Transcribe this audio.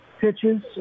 pitches